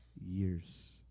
years